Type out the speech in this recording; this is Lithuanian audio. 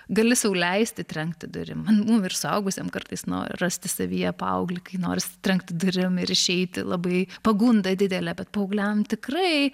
gali sau leisti trenkti durim nu ir suaugusiam kartais nu rasti savyje paauglį kai norisi trenkti durim ir išeiti labai pagunda didelė bet paaugliam tikrai